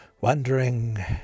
wondering